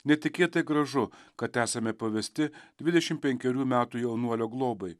netikėtai gražu kad esame pavesti dvidešim penkerių metų jaunuolio globai